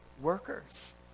workers